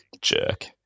Jerk